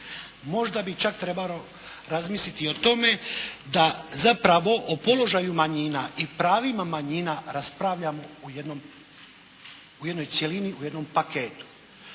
Možda bi čak trebalo razmisliti i o tome da zapravo o položaju manjina i pravima manjina raspravljam u jednoj cjelini, u jednom paketu.